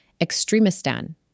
extremistan